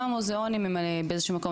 גם המוזיאונים הם באיזשהו מקום,